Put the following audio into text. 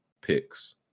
picks